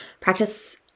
Practice